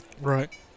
Right